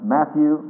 Matthew